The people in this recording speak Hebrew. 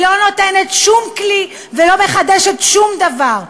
היא לא נותנת שום כלי ולא מחדשת שום דבר.